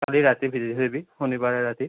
কালি ৰাতি ভিজাই থৈ দিবি শনিবাৰে ৰাতি